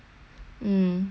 ya that's why